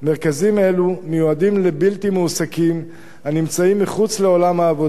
מרכזים אלו מיועדים לבלתי מועסקים הנמצאים מחוץ לעולם העבודה,